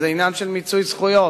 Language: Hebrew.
זה עניין של מיצוי זכויות.